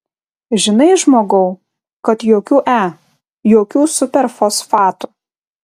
žinai žmogau kad jokių e jokių superfosfatų